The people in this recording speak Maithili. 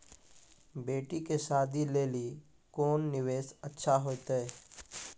बेटी के शादी लेली कोंन निवेश अच्छा होइतै?